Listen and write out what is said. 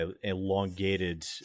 elongated